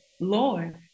Lord